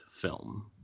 film